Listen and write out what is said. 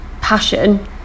passion